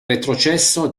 retrocesso